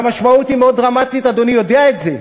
והמשמעות היא מאוד דרמטית, אדוני יודע את זה,